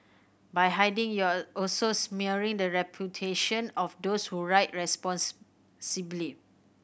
by hiding you're also smearing the reputation of those who ride response